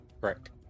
Correct